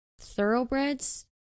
thoroughbreds